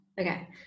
Okay